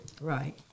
Right